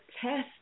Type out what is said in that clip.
test